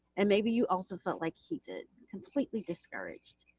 and maybe you also felt like he did, completely discouraged.